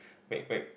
may quit